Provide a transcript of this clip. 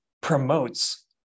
promotes